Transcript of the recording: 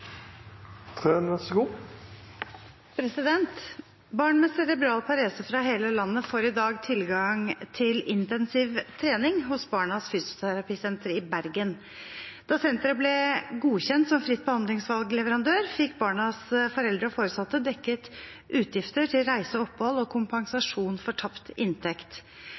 intensiv trening hos Barnas Fysioterapisenter i Bergen. Da senteret ble godkjent som fritt behandlingsvalgsleverandør, fikk barnas foreldre/foresatte dekket utgifter til reise og opphold og kompensasjon for tapt inntekt.